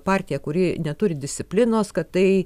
partija kuri neturi disciplinos kad tai